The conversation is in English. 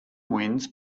wins